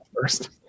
first